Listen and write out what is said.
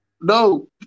No